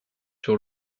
sur